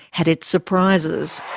had its surprises.